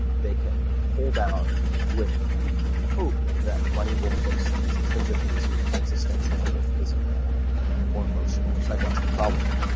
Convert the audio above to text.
they can hold out with the hope that money will fix these intrinsically, sort of existential or physical or emotional or psychological problems,